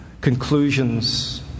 conclusions